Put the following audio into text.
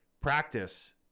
practice